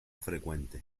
frecuente